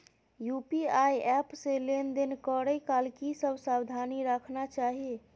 UPI app से लेन देन करै काल की सब सावधानी राखना चाही?